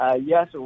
Yes